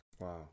Wow